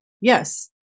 yes